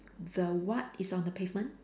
the what is on the pavement